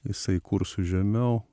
jisai kursu žemiau